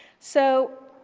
so,